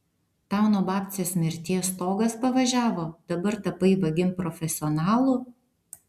tau nuo babcės mirties stogas pavažiavo dabar tapai vagim profesionalu